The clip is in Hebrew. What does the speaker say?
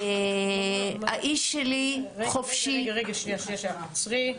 האיש שלי חופשי --- רגע, שנייה, עצרי.